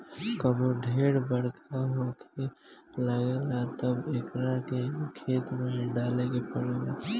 कबो ढेर बरखा होखे लागेला तब एकरा के खेत में डाले के पड़ेला